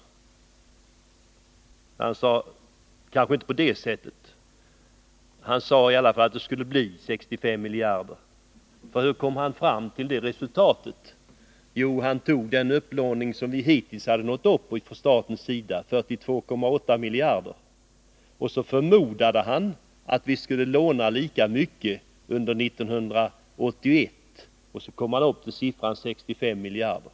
Ja, han sade kanske inte på det sättet, men han sade i alla fall att det skulle bli 65 miljarder. Hur kom han fram till det resultatet? Jo, han utgick från den upplåning som vi hittills har nått upp till från statens sida, 42,8 miljarder, och så förmodade han att vi skulle låna lika mycket som tidigare under 1981. På det sättet kom han upp till siffran 65 miljarder.